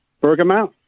bergamot